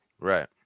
Right